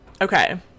Okay